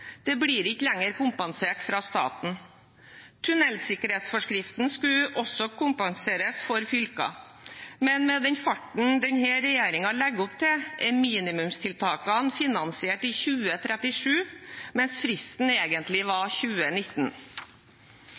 blir ikke lenger kompensert fra statens side. Tunnelsikkerhetsforskriften skulle også kompenseres for fylker, men med den farten denne regjeringen legger opp til, er minimumstiltakene finansiert i 2037, mens fristen egentlig var 2019.